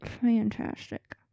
fantastic